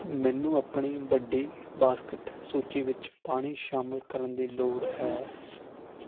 ਮੈਨੂੰ ਆਪਣੀ ਵੱਡੀ ਬਾਸਕੇਟ ਸੂਚੀ ਵਿੱਚ ਪਾਣੀ ਸ਼ਾਮਿਲ ਕਰਨ ਦੀ ਲੋੜ ਹੈ